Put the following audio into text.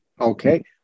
okay